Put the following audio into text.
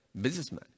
businessman